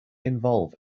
involve